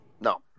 No